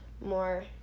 more